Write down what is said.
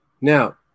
Now